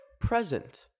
Present